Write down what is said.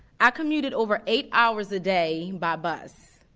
i commuted over eight hours a day by bus.